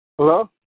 Hello